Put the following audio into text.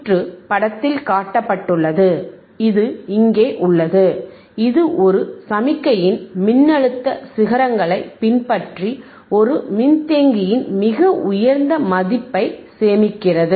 சுற்று படத்தில் காட்டப்பட்டுள்ளது இது இங்கே உள்ளது இது ஒரு சமிக்ஞையின் மின்னழுத்த சிகரங்களைப் பின்பற்றி ஒரு மின்தேக்கியின் மிக உயர்ந்த மதிப்பு ஐ சேமிக்கிறது